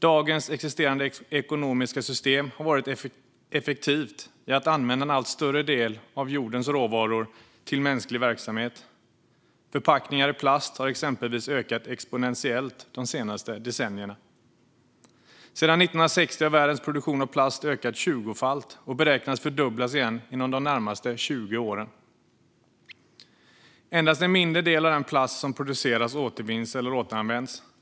Dagens existerande ekonomiska system har varit effektivt i att använda en allt större del av jordens råvaror till mänsklig verksamhet. Förpackningar i plast har exempelvis ökat exponentiellt de senaste decennierna. Sedan 1960 har världens produktion av plast ökat tjugofalt och beräknas fördubblas igen inom de närmsta 20 åren. Endast en mindre del av den plast som produceras återvinns eller återanvänds.